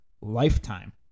lifetime